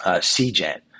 C-Gen